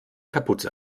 kapuze